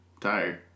Tired